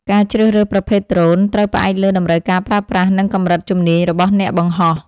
ការជ្រើសរើសប្រភេទដ្រូនត្រូវផ្អែកលើតម្រូវការប្រើប្រាស់ និងកម្រិតជំនាញរបស់អ្នកបង្ហោះ។